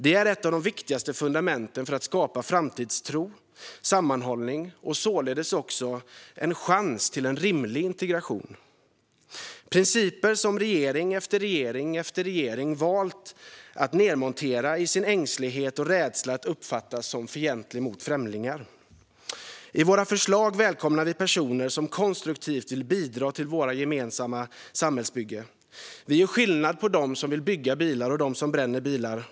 Det är ett av de viktigaste fundamenten för att skapa framtidstro, sammanhållning och således också en chans till en rimlig integration. Det handlar om principer som regering efter regering valt att nedmontera i sin ängslighet och rädsla att uppfattas som fientliga mot främlingar. I våra förslag välkomnar vi personer som konstruktivt vill bidra till vårt gemensamma samhällsbygge. Vi gör skillnad på dem som vill bygga bilar och dem som bränner bilar.